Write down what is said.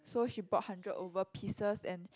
so she bought hundred over pieces and